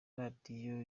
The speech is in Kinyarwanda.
radio